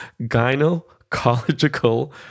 gynecological